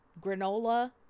Granola